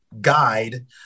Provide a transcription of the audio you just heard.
guide